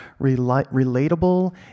relatable